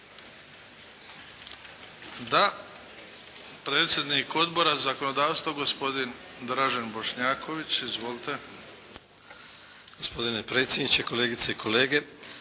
Da. Predsjednik Odbora za zakonodavstvo gospodin Dražen Bošnjaković. Izvolite.